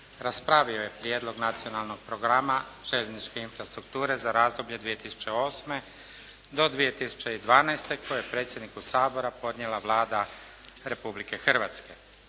raspravio je prijedlog nacionalnog programa željezničke infrastrukture za razdoblje 2008. do 2012. koje je predsjedniku Sabora podnijela Vlada Republike Hrvatske.